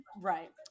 right